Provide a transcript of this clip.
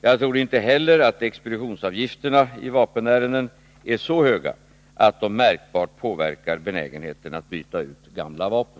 Jag tror inte heller att expeditionsavgifterna i vapenärenden är så höga att de märkbart påverkar benägenheten att byta ut gamla vapen.